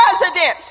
president